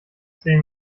sehen